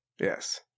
yes